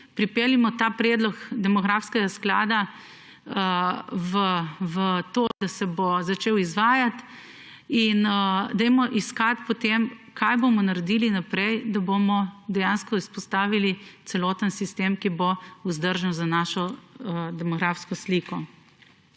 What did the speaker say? Pripeljimo ta predlog demografskega sklada v izvajanje in dajmo iskati potem, kaj bomo naredili naprej, da bomo dejansko vzpostavili celoten sistem, ki bo vzdržen za našo demografsko sliko.